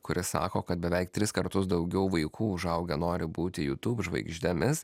kuris sako kad beveik tris kartus daugiau vaikų užaugę nori būti jutūb žvaigždėmis